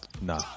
No